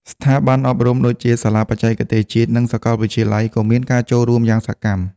ស្ថាប័នអប់រំដូចជាសាលាបច្ចេកទេសជាតិនិងសាកលវិទ្យាល័យក៏មានការចូលរួមយ៉ាងសកម្ម។